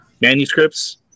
manuscripts